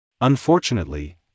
Unfortunately